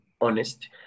honest